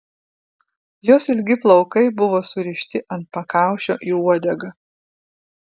jos ilgi plaukai buvo surišti ant pakaušio į uodegą